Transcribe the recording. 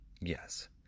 Yes